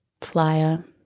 flyer